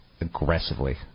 aggressively